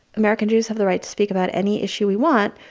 american jews have the right to speak about any issue we want.